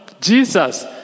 Jesus